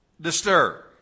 disturb